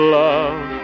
love